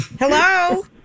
Hello